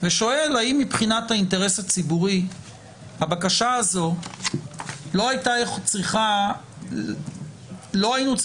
ושואל האם מבחינת האינטרס הציבורי לא היינו צריכים לאפשר